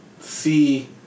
See